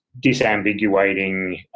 disambiguating